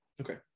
Okay